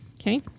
Okay